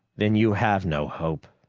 then you have no hope,